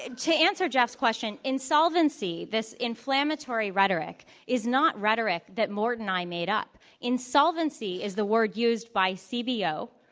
and to answer jeff's question, insolvency, this inflammatory rhetoric is not rhetoric that mort and i made up. in insolvency is the word used by cbo,